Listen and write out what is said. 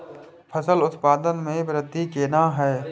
फसल उत्पादन में वृद्धि केना हैं?